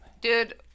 dude